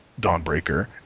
Dawnbreaker